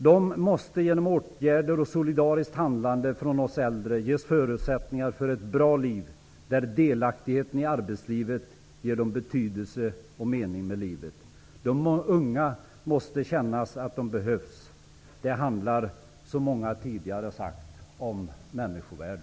De måste genom åtgärder och solidariskt handlande från oss äldre ges förutsättningar för ett bra liv, där delaktighet i arbetslivet ger dem betydelse och mening med livet. De unga måste känna att de behövs. Det handlar, som många tidigare sagt, om människovärde.